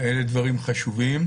אלה דברים חשובים.